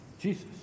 Jesus